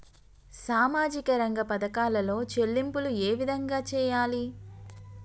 సామాజిక రంగ పథకాలలో చెల్లింపులు ఏ విధంగా చేయాలి?